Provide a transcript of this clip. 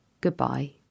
goodbye